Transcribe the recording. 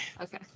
Okay